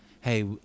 hey